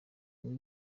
umwe